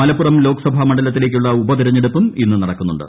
മലപ്പുറം ലോക്സഭ മണ്ഡലത്തിലേക്കുളള ഉപതെരഞ്ഞെടുപ്പും ഇന്ന് നടക്കുന്നുണ്ട്